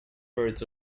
birds